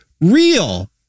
real